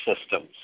Systems